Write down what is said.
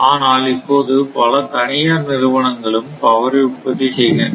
ஆனால் இப்போது பல தனியார் நிறுவனங்களும் பவரை உற்பத்தி செய்கின்றன